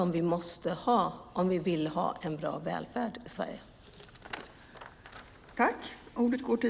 Och vi måste ha arbetskraft om vi vill ha en bra välfärd i Sverige.